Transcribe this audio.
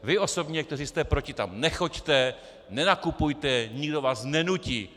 Vy osobně, kteří jste proti, tam nechoďte, nenakupujte, nikdo vás nenutí.